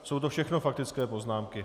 Jsou to všechno faktické poznámky.